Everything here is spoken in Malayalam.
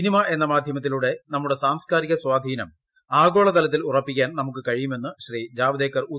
സിനിമ എന്ന മാധ്യമത്തിലൂടെ നമ്മുടെ സാംസ്കാരികസ്വാധീനം ആഗോള തലത്തിൽ ഉറപ്പിക്കാൻ നമുക്ക് കഴിയുമെന്ന് ശ്രീജാവ്ദേക്കർ പറഞ്ഞു